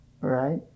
right